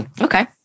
Okay